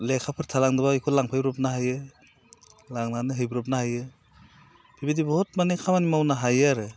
लेखाफोर थालाङोबा बेखौ लांफैब्रबनो हायो लांनानै हैब्रबनो हायो बेबायदि बहुद माने खामानि मावनो हायो आरो